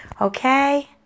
Okay